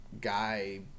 guy